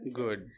good